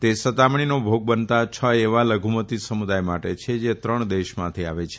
તે સતામણીનો ભોગ બનતી છ એવા લધુમતી સમુદાય માટે છે જે ત્રણ દેશમાંથી આવે છે